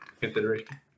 consideration